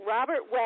Robert